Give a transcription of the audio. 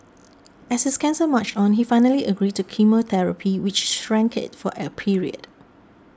as his cancer marched on he finally agreed to chemotherapy which shrank it for a period